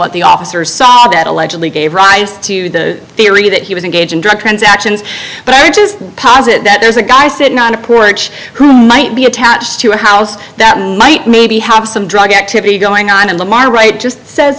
what the officers saw that allegedly gave rise to the theory that he was engaged in drug transactions but i just posit that there's a guy sitting on a porch who might be attached to a house that might maybe have some drug activity going on and lamar right just sa